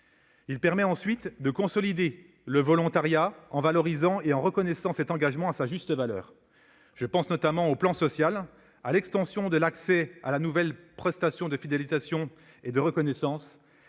Il permet ensuite de consolider le volontariat en valorisant et en reconnaissant cet engagement à sa juste valeur. Je pense notamment, sur le plan social, à l'extension de l'accès à la nouvelle prestation de fidélisation et de reconnaissance,